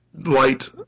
light